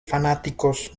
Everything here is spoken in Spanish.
fanáticos